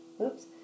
oops